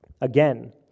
Again